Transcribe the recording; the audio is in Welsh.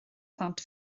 plant